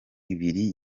ibiri